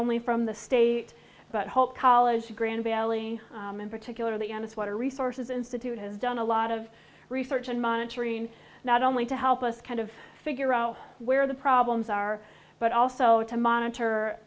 only from the state but whole college to grand valley and particularly as water resources institute has done a lot of research and monitoring not only to help us kind of figure out where the problems are but also to monitor